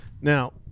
Now